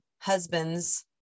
husband's